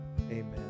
Amen